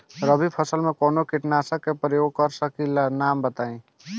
रबी फसल में कवनो कीटनाशक के परयोग कर सकी ला नाम बताईं?